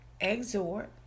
exhort